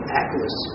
atlas